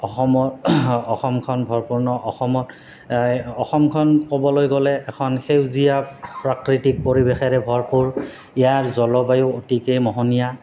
অসমৰ অসমখন ভৰপূৰ অসমত অসমখন ক'বলৈ গ'লে এখন সেউজীয়া প্ৰাকৃতিক পৰিৱেশেৰে ভৰপূৰ ইয়াৰ জলবায়ু অতিকেই মোহনীয়া